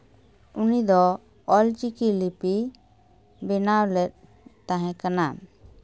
ᱩᱱᱤ ᱫᱚ ᱚᱞᱪᱤᱠᱤ ᱞᱤᱯᱤ ᱵᱮᱱᱟᱣ ᱞᱮᱫ ᱛᱟᱦᱮᱸ ᱠᱟᱱᱟ